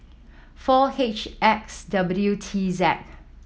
four H X W T Z